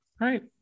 Right